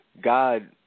God